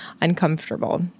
uncomfortable